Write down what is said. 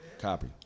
Copy